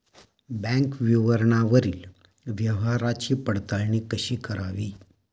Bank विवरणावरील व्यवहाराची पडताळणी कशी करावी?